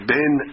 Ben